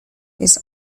his